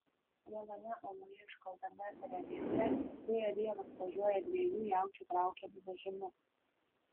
viename uoloje iškaltame reljefe vėjo dievas važiuoja dviejų jaučių traukiamu vežimu